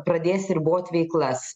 pradės ribot veiklas